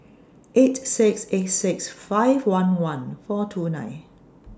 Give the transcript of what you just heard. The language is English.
eight six eight six five one one four two nine